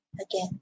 again